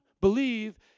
believe